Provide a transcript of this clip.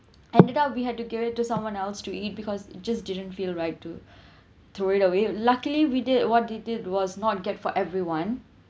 ended up we had to give it to someone else to eat because it just didn't feel right to throw it away luckily we did what we did was not get for everyone